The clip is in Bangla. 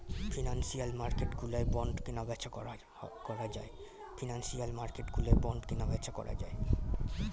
ফিনান্সিয়াল মার্কেটগুলোয় বন্ড কেনাবেচা করা যায়